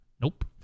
nope